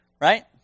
right